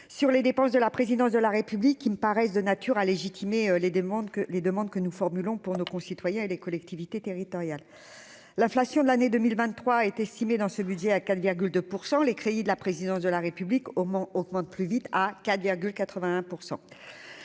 sur les dépenses de la présidence de la République qui me paraissent de nature à légitimer les démontre que les demandes que nous formulons pour nos concitoyens et les collectivités territoriales, l'inflation de l'année 2023 est estimé dans ce budget à 4,2 % les crédits de la présidence de la République au Mans augmente plus vite à 81